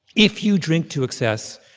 if you drink to excess,